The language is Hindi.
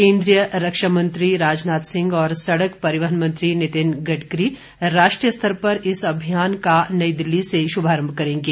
केन्द्रीय रक्षा मंत्री राजनाथ सिंह और सड़क परिवहन मंत्री नितिन गडकरी राष्ट्रीय स्तर पर इस अभियान का नई दिल्ली से शुभारम्भ करेंगे